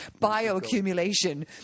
bioaccumulation